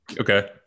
okay